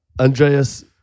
Andreas